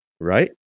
right